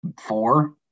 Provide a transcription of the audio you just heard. four